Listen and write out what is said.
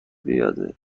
پیاده